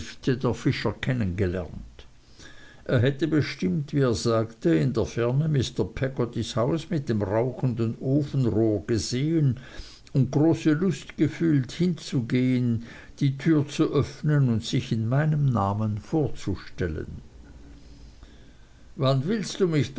der fischer kennen gelernt er hätte bestimmt wie er sagte in der ferne mr peggottys haus mit dem rauchenden ofenrohr gesehen und große lust gefühlt hinzugehen die türe zu öffnen und sich in meinem namen vorzustellen wann willst du mich